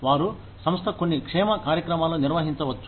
వారు సంస్థ కొన్ని క్షేమ కార్యక్రమాలు నిర్వహించవచ్చు